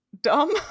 Dumb